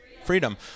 Freedom